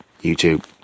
YouTube